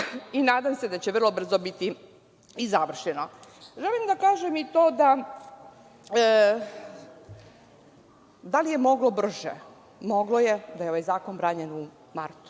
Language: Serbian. i nadam se da će vrlo brzo biti i završeno. Želim da kažem i to, da li je moglo brže? Moglo je, da je ovaj zakon pravljen u martu,